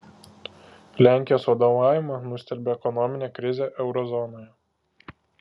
lenkijos vadovavimą nustelbė ekonominė krizė euro zonoje